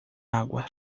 água